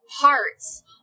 parts